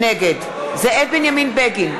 נגד זאב בנימין בגין,